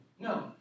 No